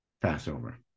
passover